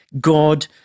God